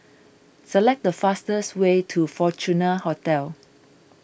select the fastest way to Fortuna Hotel